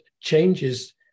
changes